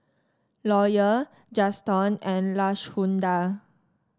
Lawyer Juston and Lashunda